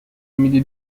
میدی